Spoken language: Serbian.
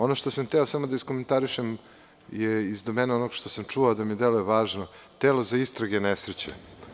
Ono što sam hteo da iskomentarišem je iz domena onog što sam čuo, a da mi deluje važno – telo za istrage nesreće.